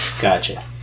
Gotcha